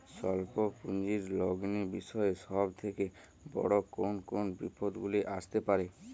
স্বল্প পুঁজির লগ্নি বিষয়ে সব থেকে বড় কোন কোন বিপদগুলি আসতে পারে?